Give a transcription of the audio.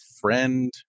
friend